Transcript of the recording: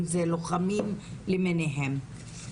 אם זה לוחמים למיניהם.